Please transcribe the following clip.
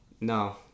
No